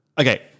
okay